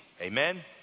Amen